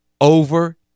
over